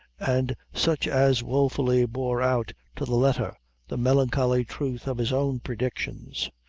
and such as wofully bore out to the letter the melancholy truth of his own predictions.